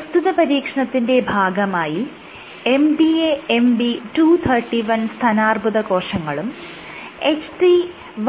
പ്രസ്തുത പരീക്ഷണത്തിന്റെ ഭാഗമായി MDA MB 231 സ്തനാർബുദ കോശങ്ങളും HT